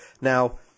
Now